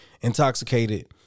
intoxicated